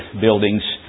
buildings